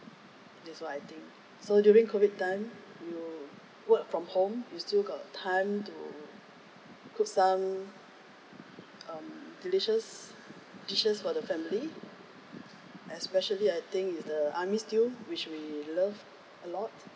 that's what I think so during COVID time you work from home you still got time to cook some um delicious dishes for the family especially I think is the army stew which we love a lot